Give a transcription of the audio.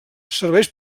serveix